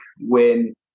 win